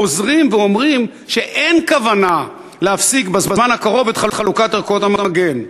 חוזרים ואומרים שאין כוונה להפסיק בזמן הקרוב את חלוקת ערכות המגן,